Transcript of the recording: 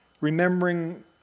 Remembering